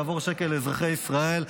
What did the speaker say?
יעבור שקל לאזרחי ישראל,